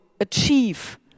achieve